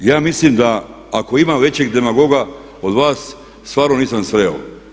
Ja mislim da ako ima većeg demagoga od vas stvarno nisam sreo.